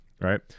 right